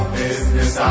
business